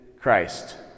christ